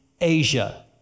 Asia